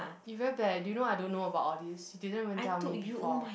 you very bad do you know I don't know about all this you didn't even tell me before